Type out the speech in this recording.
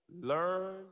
learn